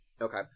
Okay